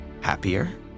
happier